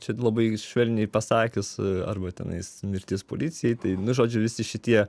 čia labai švelniai pasakius arba tenais mirtis policijai tai nu žodžiu visi šitie